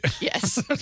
yes